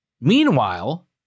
Meanwhile